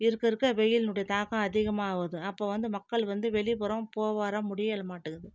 இருக்க இருக்க வெயில்னுடைய தாக்கம் அதிகமாகுது அப்போ வந்து மக்கள் வந்து வெளிப்புறம் போ வர முடியல் மாட்டுகுது